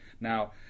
Now